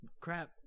crap